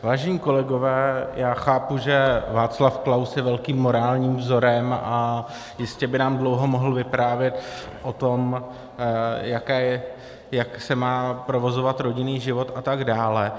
Vážení kolegové, já chápu, že Václav Klaus je velkým morálním vzorem, a jistě by nám dlouho mohl vyprávět o tom, jak se má provozovat rodinný život a tak dále.